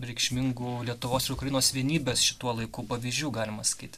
reikšmingų lietuvos ir ukrainos vienybės šituo laiku pavyzdžių galima sakyt